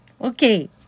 Okay